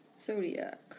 Zodiac